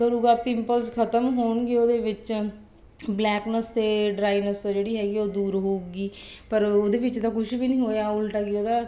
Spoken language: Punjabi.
ਕਰੂਗਾ ਪਿੰਪਲਸ ਖ਼ਤਮ ਹੋਣਗੇ ਉਹਦੇ ਵਿੱਚ ਬਲੈਕਨਸ ਅਤੇ ਡਰਾਈਨੈਸ ਹੈ ਜਿਹੜੀ ਹੈਗੀ ਆ ਉਹ ਦੂਰ ਹੋਊਗੀ ਪਰ ਉਹਦੇ ਵਿੱਚ ਤਾਂ ਕੁਛ ਵੀ ਨਹੀਂ ਹੋਇਆ ਉਲਟਾ ਕੀ ਉਹਦਾ